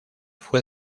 fue